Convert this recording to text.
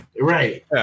Right